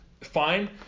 fine